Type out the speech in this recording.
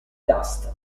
dust